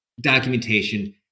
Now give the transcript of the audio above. documentation